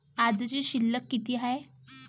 आजची शिल्लक किती हाय?